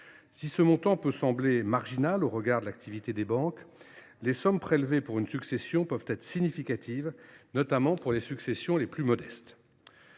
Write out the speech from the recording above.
Si ce montant peut sembler marginal au regard de l’activité des banques, les sommes prélevées pour une succession peuvent être significatives, notamment pour les successions les plus modestes.